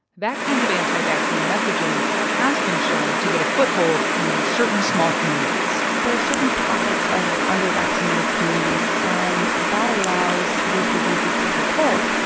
that kind of anti-vaccine messaging has been shown to get a foothold in certain small communities there are certain pockets of undervaccinated communities, and that allows these diseases to take hold.